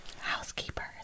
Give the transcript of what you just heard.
housekeeper